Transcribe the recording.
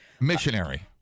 Missionary